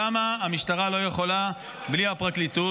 שם המשטרה לא יכולה בלי הפרקליטות.